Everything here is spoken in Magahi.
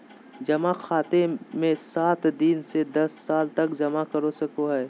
जमा खाते मे सात दिन से दस साल तक जमा कर सको हइ